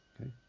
Okay